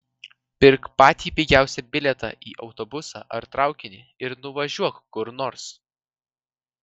pirk patį pigiausią bilietą į autobusą ar traukinį ir nuvažiuok kur nors